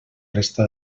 resta